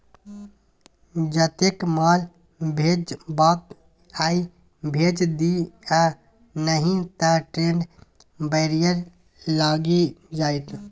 जतेक माल भेजबाक यै भेज दिअ नहि त ट्रेड बैरियर लागि जाएत